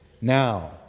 Now